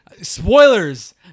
Spoilers